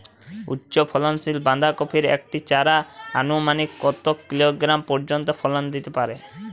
উচ্চ ফলনশীল বাঁধাকপির একটি চারা আনুমানিক কত কিলোগ্রাম পর্যন্ত ফলন দিতে পারে?